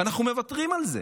ואנחנו מוותרים על זה.